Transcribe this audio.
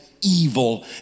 evil